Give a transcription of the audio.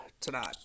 tonight